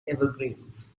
evergreens